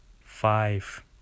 five